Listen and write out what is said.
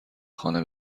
خانه